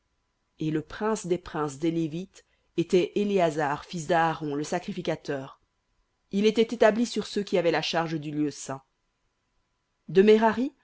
et le prince des princes des lévites était éléazar fils d'aaron le sacrificateur il était établi sur ceux qui avaient la charge du lieu saint